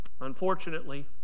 Unfortunately